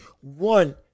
one